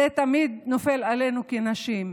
תמיד נופלת עלינו כנשים.